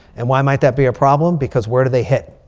and why might that be a problem? because where do they hit?